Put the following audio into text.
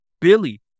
Billy